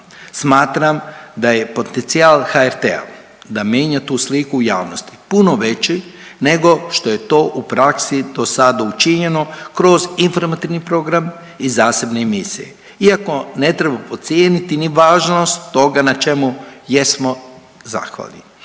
Smatram da je potencijal HRT-a da mijenja tu sliku u javnosti puno veći nego što je to u praksi dosada učinjeno kroz informativni program i zasebne emisije iako ne treba podcijeniti ni važnost toga na čemu jesmo zahvalni.